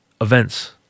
events